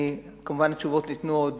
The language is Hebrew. כמובן, התשובות ניתנו עוד